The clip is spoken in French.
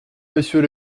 monsieur